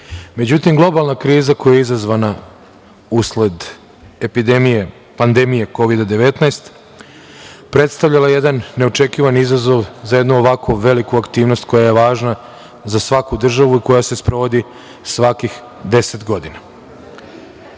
godine.Međutim, globalna kriza koja je izazvana usled epidemije Kovida-19 predstavljala je jedan neočekivan izazov za jednu ovako veliku aktivnost koja je važna za svaku državu i koja se sprovodi svakih 10 godina. Da